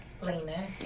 Lena